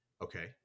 Okay